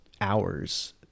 hours